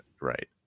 Right